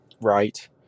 Right